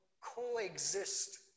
coexist